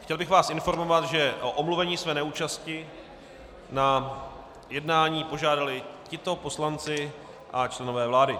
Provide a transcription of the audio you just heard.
Chtěl bych vás informovat, že o omluvení své neúčasti na jednání požádali tito poslanci a členové vlády.